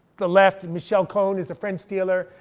the left, michele cone, is a french dealer.